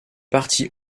parties